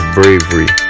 bravery